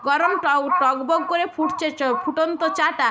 গরম ট টগবগ করে ফুটচে চ ফুটন্ত চাটা